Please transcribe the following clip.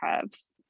curves